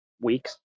weeks